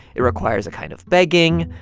it requires a kind of begging.